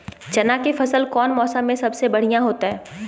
चना के फसल कौन मौसम में सबसे बढ़िया होतय?